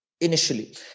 initially